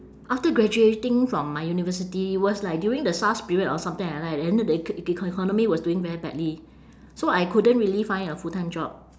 after graduating from my university was like during the sars period or something like that then the ec~ eco~ economy was doing very badly so I couldn't really find a full-time job